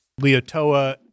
Leotoa